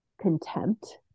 contempt